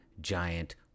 giant